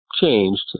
changed